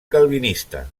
calvinista